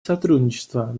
сотрудничество